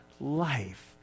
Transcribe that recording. life